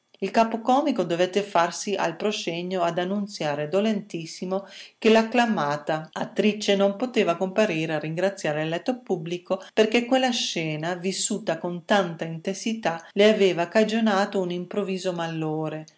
il capocomico dovette farsi al proscenio ad annunziare dolentissimo che l'acclamata attrice non poteva comparire a ringraziare l'eletto pubblico perché quella scena vissuta con tanta intensità le aveva cagionato un improvviso malore